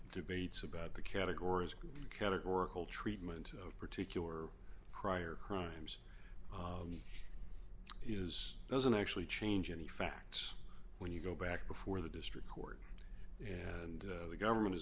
debates about the categories categorical treatment of particular prior crimes is doesn't actually change any facts when you go back before the district court and the government is